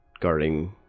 guarding